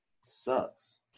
sucks